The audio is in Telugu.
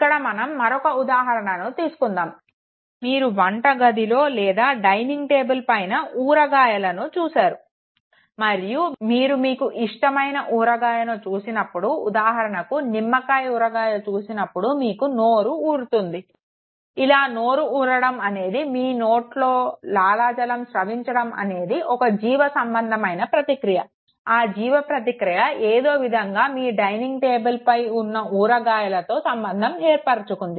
ఇపుడు మనం మరొక ఉదాహరణను తీసుకుందాము మీరు వంట గదిలో లేదా డైనింగ్ టేబల్ పైన ఊరగాయలను చూశారు మరియు మీరు మీకు ఇష్టమైన ఊరగాయను చూసినప్పుడు ఉదాహరణకు నిమ్మకాయ ఊరగాయను చూసినప్పుడు మీకు నోరు ఊరుతుంది ఇలా నోరు ఊరడం అనేది మీ నోట్లో లాలాజలం స్రవించడం ఒక జీవ సంబంధమైన ప్రతిక్రియ ఈ జీవప్రతిక్రియ ఏదో విధంగా మీ డైనింగ్ టేబల్పై ఉన్న ఊరగాయలతో సంబంధం ఏర్పరుచుకుంది